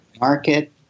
market